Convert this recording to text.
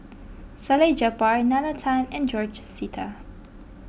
Salleh Japar Nalla Tan and George Sita